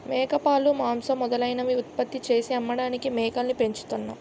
మేకపాలు, మాంసం మొదలైనవి ఉత్పత్తి చేసి అమ్మడానికి మేకల్ని పెంచుతున్నాం